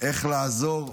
איך לעזור,